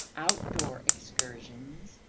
outdoor excursions,